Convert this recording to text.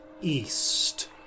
east